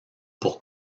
pour